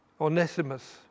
Onesimus